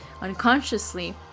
unconsciously